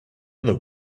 other